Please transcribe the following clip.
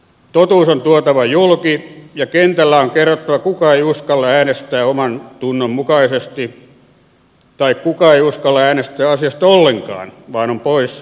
totuus on tuotava julki ja kentällä on kerrottava kuka ei uskalla äänestää omantunnon mukaisesti tai kuka ei uskalla äänestää asiasta ollenkaan vaan on mieluummin poissa istunnosta